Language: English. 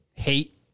hate